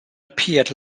appeared